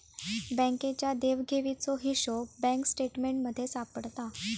बँकेच्या देवघेवीचो हिशोब बँक स्टेटमेंटमध्ये सापडता